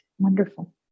wonderful